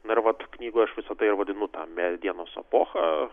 na ir vat knygoje aš visa tai vadinu medienos epocha